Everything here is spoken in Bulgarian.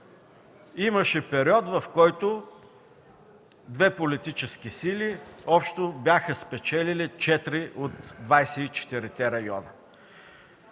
Имаше период, в който две политически сили общо бяха спечелили четири от 24-те района.